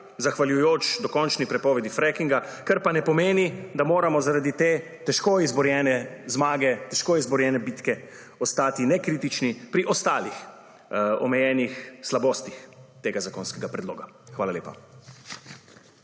zahvaljujoč dokončni prepovedi frackinga, kar pa ne pomeni, da moramo zaradi te težko izborjene zmage, težko izborjene bitke ostati nekritični pri ostalih omejenih slabostih tega zakonskega predloga. Hvala lepa.